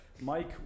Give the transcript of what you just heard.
Mike